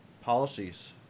policies